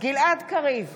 גלעד קריב,